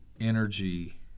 energy